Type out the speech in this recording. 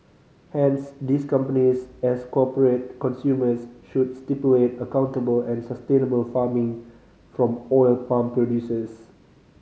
hence these companies as corporate consumers should stipulate accountable and sustainable farming from oil palm producers